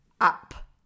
up